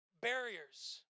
barriers